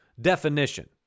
definition